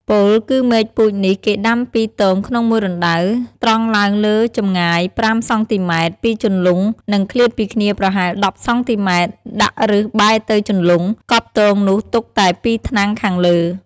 ពោលគឺមែកពូជនេះគេដាំពីរទងក្នុងមួយរណ្តៅ ត្រង់ឡើងលើចម្ងាយ ៥ សង់ទីម៉ែត្រ ពីជន្លង់និងឃ្លាតពីគ្នាប្រហែល ១០ សង់ទីម៉ែត្រ ដាក់ឫសបែរទៅជន្លង់ កប់ទងនោះទុកតែ ២ថ្នាំងខាងលើ។